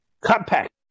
compact